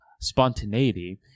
spontaneity